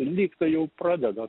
lyg tai jau pradeda